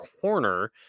corner